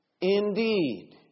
indeed